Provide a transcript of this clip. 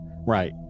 right